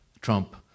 Trump